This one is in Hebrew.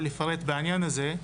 לפרט בעניין הזה.